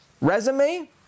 resume